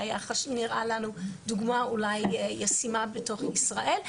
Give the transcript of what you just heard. שנראתה לנו דוגמה ישימה בתוך ישראל.